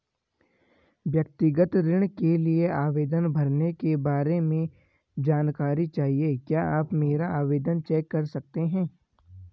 व्यक्तिगत ऋण के लिए आवेदन भरने के बारे में जानकारी चाहिए क्या आप मेरा आवेदन चेक कर सकते हैं?